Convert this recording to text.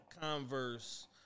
Converse